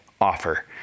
offer